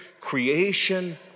creation